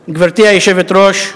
היושבת-ראש,